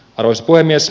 arvoisa puhemies